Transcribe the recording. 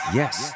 yes